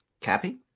Cappy